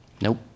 Nope